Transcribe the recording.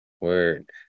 Word